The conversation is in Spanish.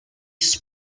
sus